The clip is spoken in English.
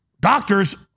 doctors